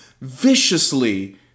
viciously